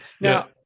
Now